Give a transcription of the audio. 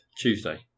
Tuesday